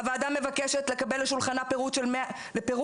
הוועדה מבקשת לקבל לשולחנה פירוט של 180